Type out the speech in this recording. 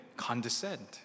condescend